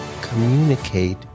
communicate